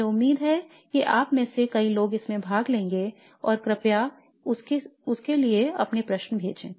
मुझे उम्मीद है कि आप में से कई लोग इसमें भाग लेंगे और कृपया उसके लिए अपने प्रश्न भेजें